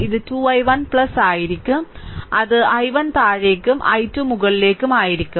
ഇത് 2 i1 ആയിരിക്കും അത് i1 താഴേക്ക് i2 മുകളിലേക്ക് ആയിരിക്കും